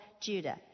Judah